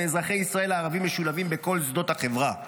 ואזרחי ישראל הערבים משולבים בכל שדות החברה.